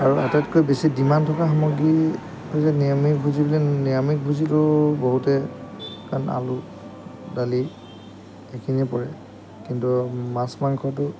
আৰু আটাইতকৈ বেছি ডিমাণ্ড থকা সামগ্ৰী হৈছে নিৰামিষভোজী নিৰামিষভোজীটো বহুতে কাৰণ আলু দালি এইেইখিনিয়ে পৰে কিন্তু মাছ মাংসটো